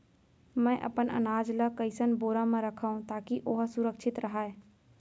मैं अपन अनाज ला कइसन बोरा म रखव ताकी ओहा सुरक्षित राहय?